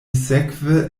sekve